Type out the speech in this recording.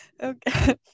okay